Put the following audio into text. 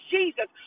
Jesus